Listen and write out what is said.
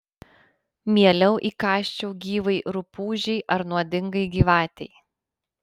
mieliau įkąsčiau gyvai rupūžei ar nuodingai gyvatei